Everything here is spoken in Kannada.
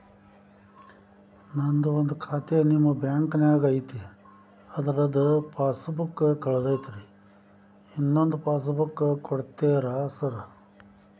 ನಂದು ಒಂದು ಖಾತೆ ನಿಮ್ಮ ಬ್ಯಾಂಕಿನಾಗ್ ಐತಿ ಅದ್ರದು ಪಾಸ್ ಬುಕ್ ಕಳೆದೈತ್ರಿ ಇನ್ನೊಂದ್ ಪಾಸ್ ಬುಕ್ ಕೂಡ್ತೇರಾ ಸರ್?